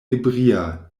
ebria